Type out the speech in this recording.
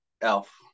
Elf